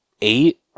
eight